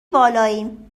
بالاییم